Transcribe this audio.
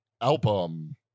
album